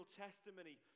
testimony